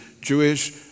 Jewish